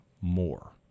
more